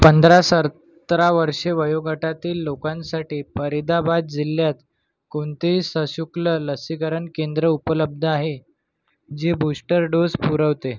पंधरा सतरा वर्षे वयोगटातील लोकांसाठी फरीदाबाद जिल्ह्यात कोणतेही सशुल्क लसीकरण केंद्र उपलब्ध आहे जे बूस्टर डोस पुरवते